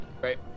Great